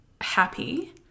happy